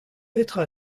petra